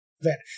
vanish